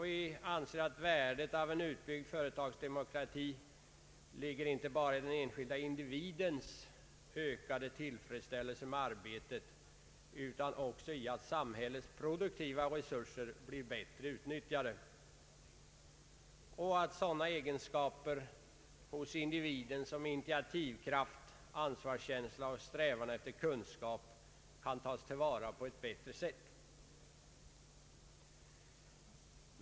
Vi anser att värdet av en utbyggd företagsdemokrati ligger inte bara i den enskilde individens ökade tillfredsställelse med arbetet utan också i att samhällets produktiva resurser blir bättre utnyttjade samt att sådana egenskaper hos individen som initiativkraft, ansvarskänsla och strävan efter kunskap kan tas till vara på ett bättre sätt.